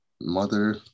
mother